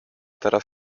teraz